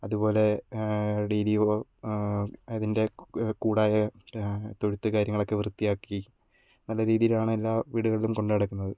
അതുപോലെ ഡെയ്ലി അതിന്റെ കൂടായ തൊഴുത്ത് കാര്യങ്ങളൊക്കെ വൃത്തിയാക്കി നല്ല രീതിയിൽ ആണ് എല്ലാ വീടുകളിലും കൊണ്ടുനടക്കുന്നത്